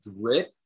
drip